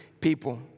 people